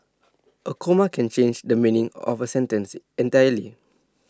A comma can change the meaning of A sentence entirely